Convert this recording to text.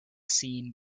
scene